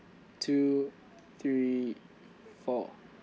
two three four